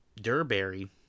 Durberry